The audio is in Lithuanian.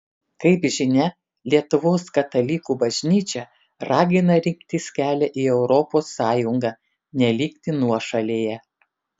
kaip žinia lietuvos katalikų bažnyčia ragina rinktis kelią į europos sąjungą nelikti nuošalėje